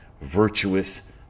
virtuous